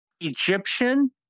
Egyptian